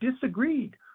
disagreed